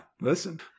listen